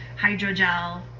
hydrogel